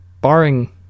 Barring